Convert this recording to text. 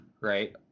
right